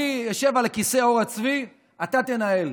אני אשב על כיסא עור הצבי, אתה תנהל.